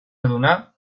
adonar